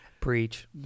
preach